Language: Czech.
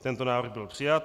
Tento návrh byl přijat.